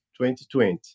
2020